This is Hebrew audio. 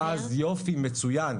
יופי, מצוין.